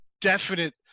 definite